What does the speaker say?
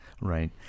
Right